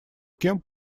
кем